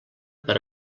per